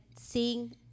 sing